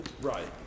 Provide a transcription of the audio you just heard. right